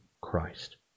Christ